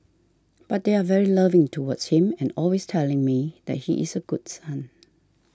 but they are very loving towards him and always telling me that he is a good son